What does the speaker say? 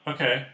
Okay